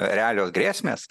realios grėsmės